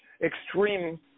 extreme